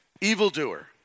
Evildoer